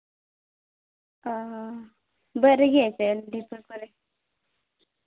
ᱚᱸᱻ ᱫᱟᱜ ᱨᱮᱜᱮ ᱥᱮ ᱰᱷᱤᱯᱟᱹ ᱠᱚᱨᱮ